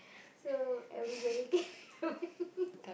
so everybody